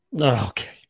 Okay